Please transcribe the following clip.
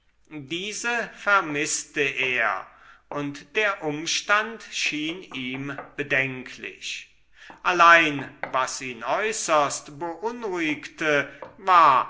diese vermißte er und der umstand schien ihm bedenklich allein was ihn äußerst beunruhigte war